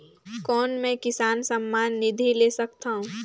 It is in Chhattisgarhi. कौन मै किसान सम्मान निधि ले सकथौं?